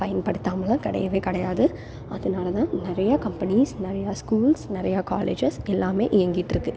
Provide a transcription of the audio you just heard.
பயன்படுத்தாமெல்லாம் கிடையவே கிடையாது அதனால தான் நிறையா கம்பெனீஸ் நிறையா ஸ்கூல்ஸ் நிறையா காலேஜஸ் எல்லாமே இயங்கிட்டுருக்கு